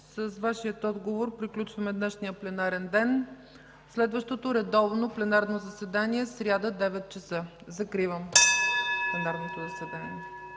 С Вашия отговор приключваме днешния пленарен ден. Следващото редовно пленарно заседание е сряда, 9,00 ч. Закривам пленарното заседание.